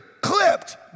clipped